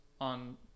on